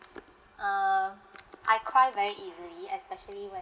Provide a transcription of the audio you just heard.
um I cry very easily especially when